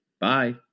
Bye